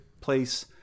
place